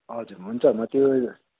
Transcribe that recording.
हजुर हुन्छ म त्यो